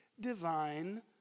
divine